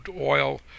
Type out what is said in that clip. oil